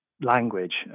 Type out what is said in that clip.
language